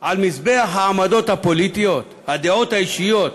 על מזבח העמדות הפוליטיות, הדעות האישיות,